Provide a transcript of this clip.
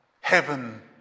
Heaven